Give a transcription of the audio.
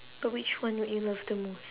but which one would you love the most